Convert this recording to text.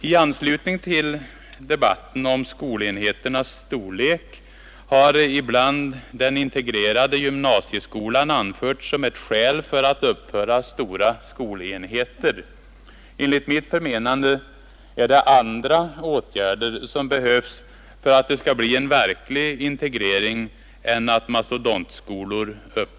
I anslutning till debatten om skolenheternas storlek har den integrerade gymnasieskolan ibland anförts som ett skäl till att uppföra stora skolenheter. Enligt mitt förmenande behövs andra åtgärder än uppförande av mastodontskolor för att det skall bli en verklig integrering.